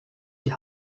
die